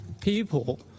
people